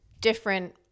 different